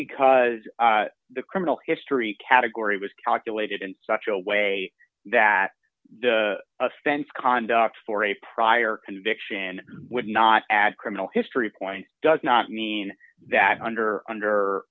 because the criminal history category was calculated in such a way that the offense conduct for a prior conviction would not add criminal history point does not mean that under under